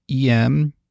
EM